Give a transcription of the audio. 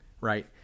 right